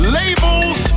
labels